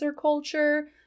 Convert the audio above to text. culture